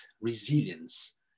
resilience